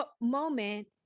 moment